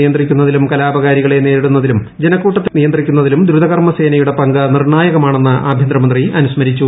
നിയന്ത്രിക്കുന്നതിലും കലാപകാരികളെ കലാപം നേരിടുന്നതിലും ജനക്കൂട്ടത്തെ നിയന്ത്രിക്കുന്നതിലും ദ്രുത കർമ്മ സേനയുടെ പങ്ക് നിർണ്ണായകമാണെന്ന് ആഭ്യന്തരമന്ത്രി അനുസ്മരിച്ചു